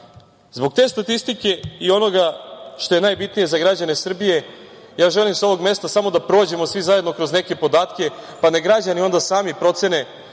te statistike i onoga što je najbitnije za građane Srbije, ja želim sa ovog mesta samo da prođemo svi zajedno kroz neke podatke, pa neka građani onda sami procene